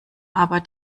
aber